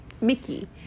Mickey